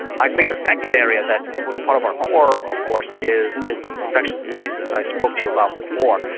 i think the second area that was part of our core of course is in infectious diseases, i spoke to you about before,